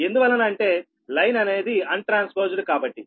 ఎందువలన అంటే లైన్ అనేది అన్ ట్రాన్స్పోజ్డ్ కాబట్టి